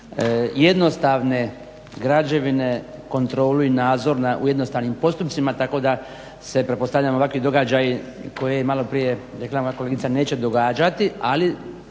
jednostavne građevine, kontrolu i nadzor u jednostavnim postupcima tako da se pretpostavljamo ovakvi događaji koje je maloprije rekla moja kolegica neće događati ali